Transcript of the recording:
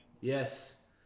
Yes